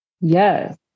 Yes